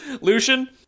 Lucian